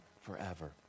forever